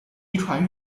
遗传